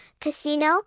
casino